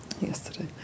yesterday